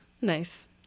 Nice